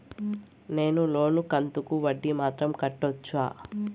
నేను లోను కంతుకు వడ్డీ మాత్రం కట్టొచ్చా?